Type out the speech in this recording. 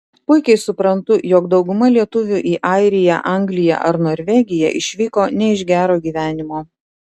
puikiai suprantu jog dauguma lietuvių į airiją angliją ar norvegiją išvyko ne iš gero gyvenimo